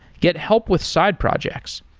get help with side projects,